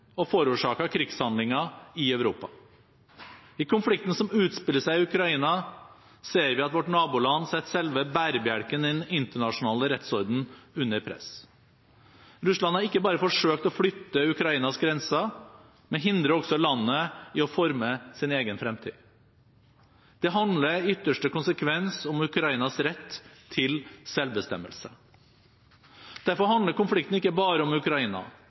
og forårsaker krigshandlinger i Europa. I konflikten som utspiller seg i Ukraina, ser vi at vårt naboland setter selve bærebjelken i den internasjonale rettsordenen under press. Russland har ikke bare forsøkt å flytte Ukrainas grenser, men hindrer også landet i å forme sin egen fremtid. Det handler i ytterste konsekvens om Ukrainas rett til selvbestemmelse. Derfor handler konflikten ikke bare om Ukraina,